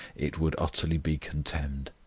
it would utterly be contemned.